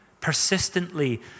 persistently